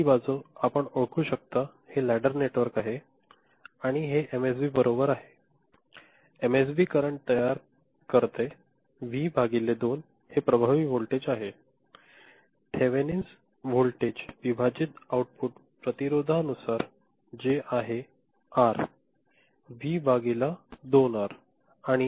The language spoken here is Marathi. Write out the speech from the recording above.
ही बाजू आपण ओळखू शकताहे लॅडर नेटवर्क आहे आणि हे एमएसबी बरोबर आहे एमएसबी करंट तयार करते व्ही भागिले 2 हे प्रभावी व्होल्टेज आहे थेव्हिनिन व्होल्टेज विभाजित आउटपुट प्रतिरोधानुसार जे आहे आर व्ही भागिले 2 आर